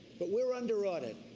but we're under audit.